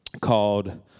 called